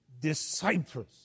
disciples